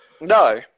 No